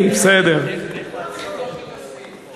אני בטוח שהיא תסכים,